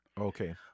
Okay